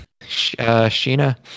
Sheena